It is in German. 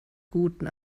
guten